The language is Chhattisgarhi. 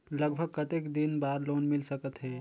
लगभग कतेक दिन बार लोन मिल सकत हे?